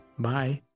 Bye